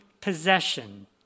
possession